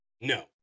no